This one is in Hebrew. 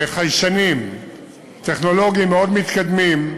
חיישנים טכנולוגיים מאוד מתקדמים,